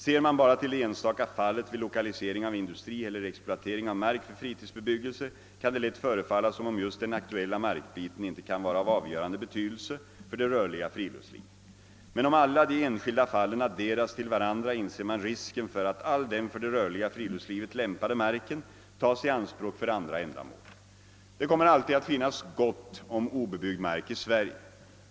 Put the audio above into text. Ser man bara till det enstaka fallet vid lokalisering av industri eller exploatering av mark för fritidsbebyggese kan det lätt förefalla som om just den aktuella markbiten inte kan vara av avgörande betydelse för det rörliga friluftslivet. Men om alla de enskilda fallen adderas till varandra inser man risken för att all den för det rörliga friluftslivet lämpade marken tas i anspråk för andra ändamål. Det kommer alltid att finnas gott om obebyggd mark i Sverige.